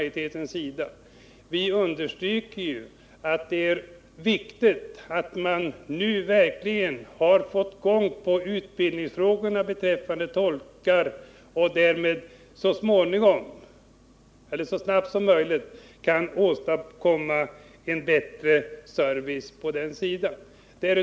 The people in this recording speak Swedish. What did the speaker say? Jag vill dock peka på att vi understryker att det är viktigt att man nu verkligen satsar på utbildningsfrågorna när det gäller tolkar, så att man därmed så snabbt som möjligt kan åstadkomma en bättre service på det området.